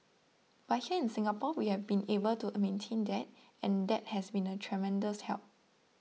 but here in Singapore we've been able to maintain that and that has been a tremendous help